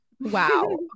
Wow